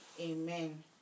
Amen